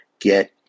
Get